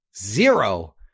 zero